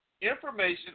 information